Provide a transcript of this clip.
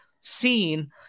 seen